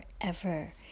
forever